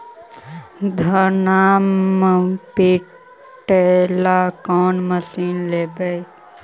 धनमा पिटेला कौन मशीन लैबै?